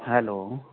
hello